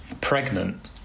pregnant